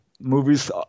Movies